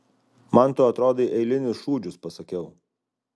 man tu atrodai eilinis šūdžius pasakiau